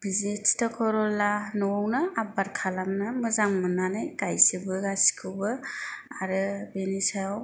बिदि थिथा खर'ला न'आवनो आबाद खालामनो मोजां मोननानै गायजोबो गासिखौबो आरो बेनि सायाव